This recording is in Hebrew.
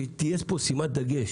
שתהיה פה שימת דגש